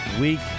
week